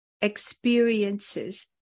experiences